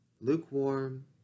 lukewarm